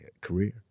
career